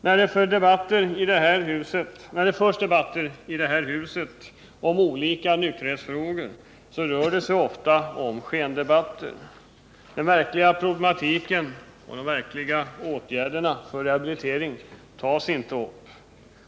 När det här i huset förs debatter om olika nykterhetsfrågor blir det ofta skendebatter. Den verkliga problematiken och de verkliga rehabiliteringsåtgärderna tas inte upp.